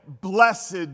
Blessed